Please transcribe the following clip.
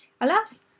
Alas